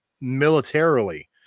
militarily